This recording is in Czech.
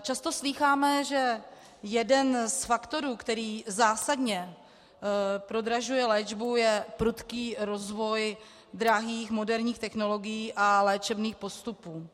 Často slýcháme, že jeden z faktorů, který zásadně prodražuje léčbu, je prudký rozvoj drahých moderních technologií a léčebných postupů.